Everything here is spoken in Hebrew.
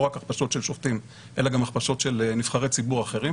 לא רק הכחשות של שופטים אלא גם הכפשות של נבחרי ציבור אחרים.